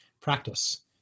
practice